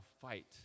fight